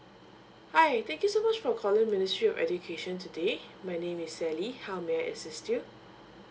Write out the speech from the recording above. hi thank you so much for calling ministry of education today my name is sally how may I assist you